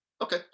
okay